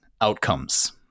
outcomes